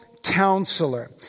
Counselor